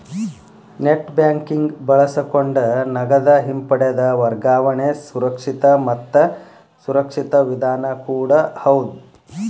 net banking ಬಳಸಕೊಂಡ ನಗದ ಹಿಂಪಡೆದ ವರ್ಗಾವಣೆ ಸುರಕ್ಷಿತ ಮತ್ತ ಸುರಕ್ಷಿತ ವಿಧಾನ ಕೂಡ ಹೌದ್